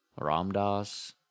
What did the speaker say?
Ramdas